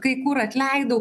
kai kur atleidau